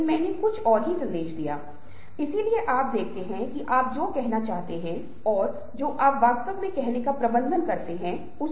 मै सीमित स्पष्ट से इसे एक संप्रेषणीय संदर्भ में लागू करता हूँ